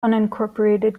unincorporated